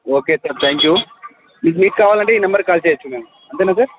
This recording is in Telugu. ఓకే సార్ థ్యాంక్ యూ ఇది మీకు కావాలంటే ఈ నెంబర్కి కాల్ చేయచ్చు మేము అంతేనా సార్